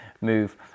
move